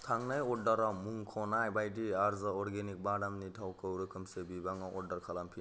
थांनाय अर्डाराव मुंख'नाय बायदि आर्या अर्गेनिक बादामनि थावखौ रोखोमसे बिबाङाव अर्डार खालाम